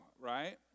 right